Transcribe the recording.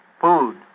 food